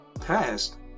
past